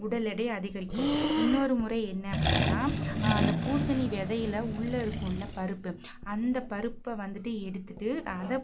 உடல் எடை அதிகரிக்கும் இன்னொரு முறை என்ன அப்படின்னா அந்த பூசணி விதையில உள்ளே இருக்கும்ல பருப்பு அந்த பருப்பை வந்துட்டு எடுத்துகிட்டு அதை